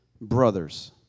brothers